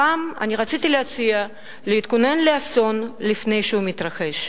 הפעם רציתי להציע להתכונן לאסון לפני שהוא מתרחש.